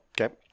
Okay